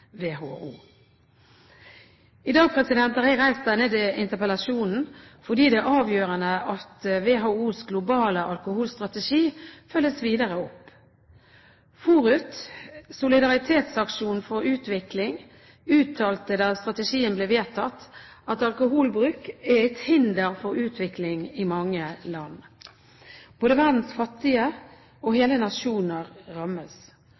har i dag reist denne interpellasjonen fordi det er avgjørende at WHOs globale alkoholstrategi følges videre opp. FORUT, Solidaritetsaksjon for utvikling, uttalte da strategien ble vedtatt, at alkoholbruk er et hinder for utvikling i mange land. Både verdens fattige og hele nasjoner rammes.